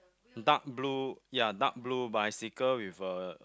dark blue ya dark blue bicycle with a